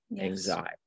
anxiety